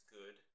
good